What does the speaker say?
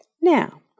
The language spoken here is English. Now